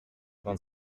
vingt